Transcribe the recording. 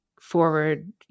forward